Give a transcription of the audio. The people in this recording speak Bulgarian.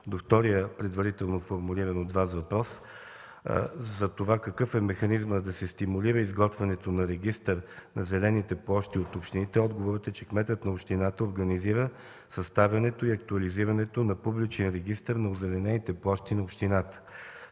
до втория предварително формулиран от Вас въпрос – какъв е механизмът да се стимулира изготвянето на регистър на зелените площи от общините, отговорът е, че кметът на общината организира съставянето и актуализирането на публичния регистър на озеленените площи на общината.